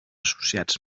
associats